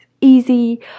easy